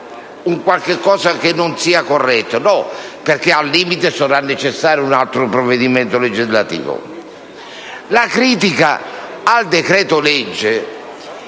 La critica al decreto-legge,